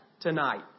tonight